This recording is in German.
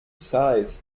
zeit